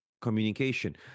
communication